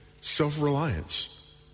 Self-reliance